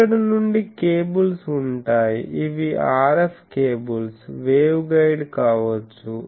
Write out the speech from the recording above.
ఇక్కడ నుండి కేబుల్స్ ఉంటాయి ఇవి RF కేబుల్స్ వేవ్గైడ్ కావచ్చు